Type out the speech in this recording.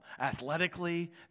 athletically